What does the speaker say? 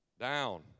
down